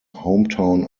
hometown